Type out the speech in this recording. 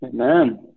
Amen